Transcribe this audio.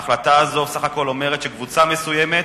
ההחלטה הזו בסך הכול אומרת שקבוצה מסוימת